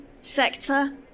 sector